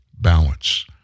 balance